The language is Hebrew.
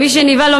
למי שנבהל,